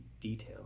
detail